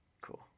Cool